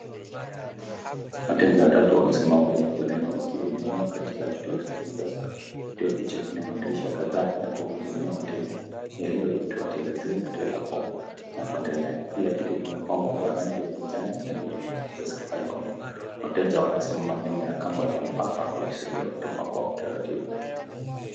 Wateja watatu wamesimama kwenye foleni wakihudumiwa katika kituo cha M-PESA . Kituo hicho kina madirisha kathaa ya kuhudumia wateja, ilioitwa teller three, teller four nakuedelea . Kila kitu kimepambwa kwa rangi ya kijani na nyeupe za Safaricom. Wateja wanasimama nyuma ya kamba za mpaka wakisubiri huduma kwa utaratibu.